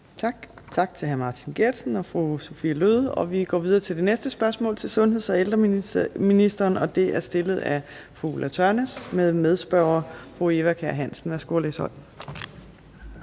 Tak. Og tak til hr. Martin Geertsen og fru Sophie Løhde. Vi går videre til det næste spørgsmål til sundheds- og ældreministeren, og det er stillet af fru Ulla Tørnæs med medspørger fru Eva Kjer Hansen. Kl.